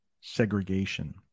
segregation